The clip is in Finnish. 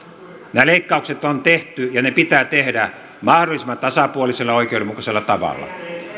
nämä leikkaukset on tehty ja ne pitää tehdä mahdollisimman tasapuolisella ja oikeudenmukaisella tavalla